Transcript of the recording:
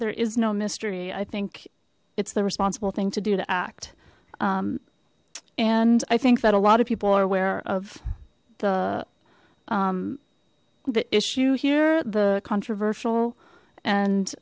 there is no mystery i think it's the responsible thing to do to act and i think that a lot of people are aware of the the issue here the controversial